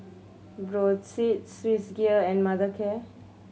Brotzeit Swissgear and Mothercare